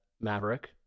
Maverick